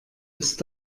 ist